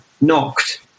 knocked